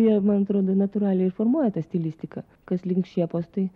jie man atrodo natūraliai formuoja tą stilistiką kas link šėpos tai